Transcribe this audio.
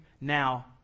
now